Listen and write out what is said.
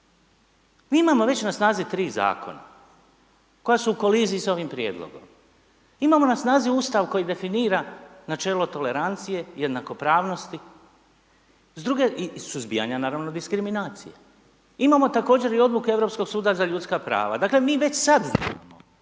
Mi imamo već na snazi 3 zakona koja su u koliziji sa ovim prijedlogom. Imamo na snazi Ustav koji definira načelo tolerancije, jednakopravnosti. S druge i suzbijanja naravno diskriminacije. Imamo također i odluke Europskog suda za ljudska prava. Dakle mi već sad znamo,